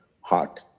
heart